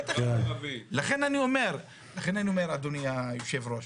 לכן אני אומר, אדוני היו"ר,